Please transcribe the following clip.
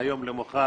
מהיום למחר,